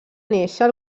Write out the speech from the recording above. néixer